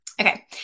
Okay